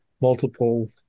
multiple